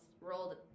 rolled